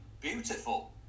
beautiful